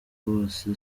bose